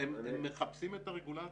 הם מחפשים את הרגולציה.